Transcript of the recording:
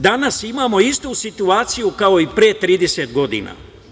Danas imamo istu situaciju kao i pre 30 godina.